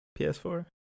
ps4